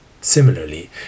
Similarly